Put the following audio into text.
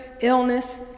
illness